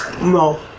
No